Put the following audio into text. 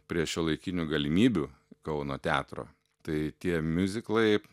prie šiuolaikinių galimybių kauno teatro tai tie miuziklai